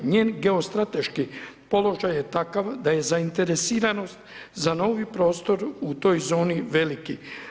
Njen geostrateški položaj je takav da je zainteresiranost za novi prostor u toj zoni veliki.